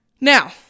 Now